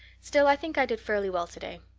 still, i think i did fairly well today.